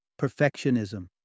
perfectionism